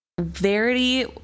Verity